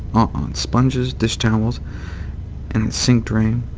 on sponges, dishtowels and sink drains,